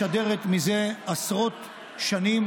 משדרת זה עשרות שנים.